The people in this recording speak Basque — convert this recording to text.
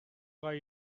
gai